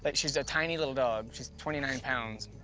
but she's a tiny little dog, she's twenty nine pounds,